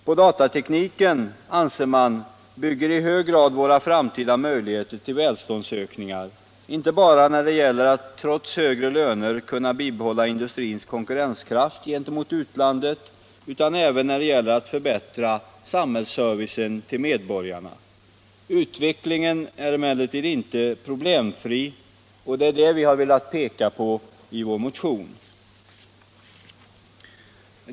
På datatekniken, anser man, bygger i hög grad våra framtida möjligheter till välståndsökningar, inte bara när det gäller att trots högre löner bibehålla industrins konkurrenskraft gentemot utlandet utan även när det gäller att förbättra samhällsservicen till medborgarna. Utvecklingen är emellertid inte problemfri, och det är det vi har velat peka på i vår motion.